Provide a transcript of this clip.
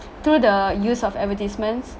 through the use of advertisements